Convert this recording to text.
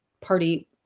party